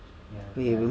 wait